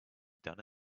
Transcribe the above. done